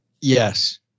Yes